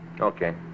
Okay